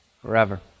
forever